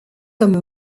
comme